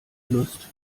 lust